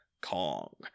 Kong